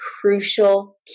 crucial